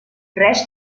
res